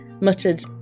muttered